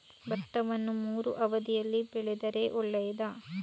ಭತ್ತವನ್ನು ಮೂರೂ ಅವಧಿಯಲ್ಲಿ ಬೆಳೆದರೆ ಒಳ್ಳೆಯದಾ?